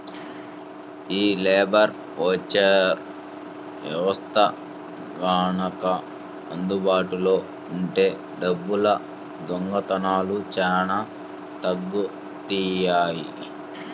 యీ లేబర్ ఓచర్ల వ్యవస్థ గనక అందుబాటులో ఉంటే డబ్బుల దొంగతనాలు చానా తగ్గుతియ్యి